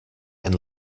and